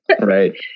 Right